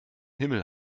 himmel